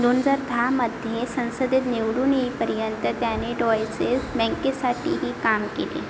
दोन हजार दहामध्ये संसदेत निवडून येईपर्यंत त्याने डॉयसेस बँकेसाठीही काम केले